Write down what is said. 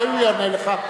אולי הוא יענה לך.